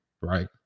Right